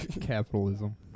capitalism